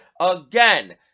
Again